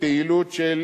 לפעילות של